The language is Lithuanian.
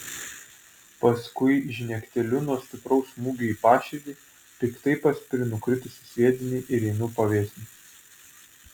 paskui žnekteliu nuo stipraus smūgio į paširdį piktai paspiriu nukritusį sviedinį ir einu pavėsin